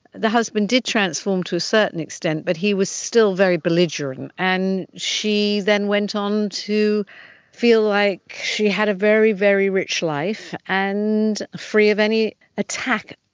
the husband did transform to a certain extent but he was still very belligerent, and she then went on to feel like she had a very, very rich life and free of any attack,